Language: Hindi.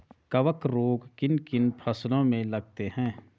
कवक रोग किन किन फसलों में लगते हैं?